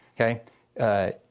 okay